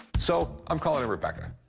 so i'm calling in rebecca.